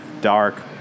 dark